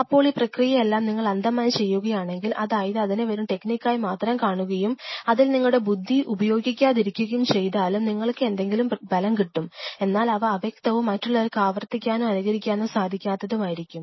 അപ്പോൾ ഈ പ്രക്രിയകളെല്ലാം നിങ്ങൾ അന്ധമായി ചെയ്യുകയാണെങ്കിൽ അതായത് അതിനെ വെറും ടെക്നിക്കായി മാത്രം കാണുകയും അതിൽ നിങ്ങളുടെ ബുദ്ധി ഉപയോഗിക്കാതിരിക്കുകയും ചെയ്താലും നിങ്ങൾക്ക് എന്തെങ്കിലും ഫലം കിട്ടും എന്നാൽ അവ അവ്യക്തവും മറ്റുള്ളവർക്കു ആവർത്തിക്കാനോ അനുകരിക്കാനോ സാധിക്കാത്തതുമായിരിക്കും